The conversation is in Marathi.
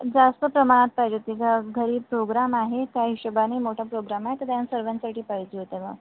जास्त प्रमाणात पाहिजे होती घ घरी प्रोग्राम आहे त्या हिशोबाने मोठा प्रोग्राम आहे तर त्या सर्वांसाठी पाहिजे होत्या मला